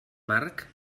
marc